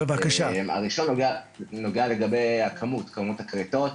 הראשון, נוגע לגבי כמות הכריתות.